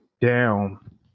down